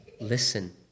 Listen